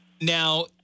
Now